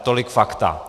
Tolik fakta.